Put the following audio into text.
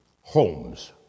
homes